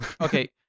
Okay